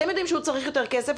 אתם יודעים שהוא צריך יותר כסף,